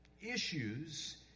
Issues